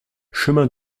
chemin